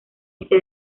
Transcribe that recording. este